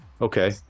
Okay